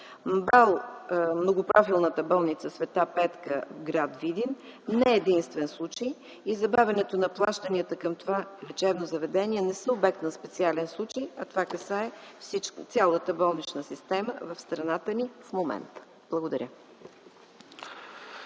Многопрофилната болница „Св. Петка”, гр. Видин не е единствен случай и забавянето на плащанията към това лечебно заведение не са обект на специален случай, това касае цялата болнична система на страната ни в момента. Благодаря